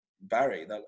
Barry